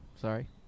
sorry